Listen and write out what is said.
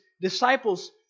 disciples